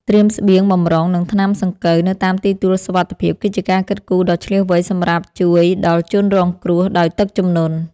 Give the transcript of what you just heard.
ត្រៀមស្បៀងបម្រុងនិងថ្នាំសង្កូវនៅតាមទីទួលសុវត្ថិភាពគឺជាការគិតគូរដ៏ឈ្លាសវៃសម្រាប់ជួយដល់ជនរងគ្រោះដោយទឹកជំនន់។